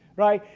right.